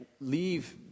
leave